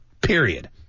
Period